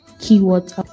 keyword